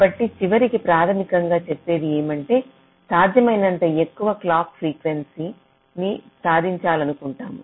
కాబట్టి చివరికి ప్రాథమికంగా చెప్పేది ఏమంటే సాధ్యమైనంత ఎక్కువ క్లాక్ ఫ్రీక్వెన్సీని సాధించాలనుకుంటున్నాము